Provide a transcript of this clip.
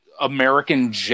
American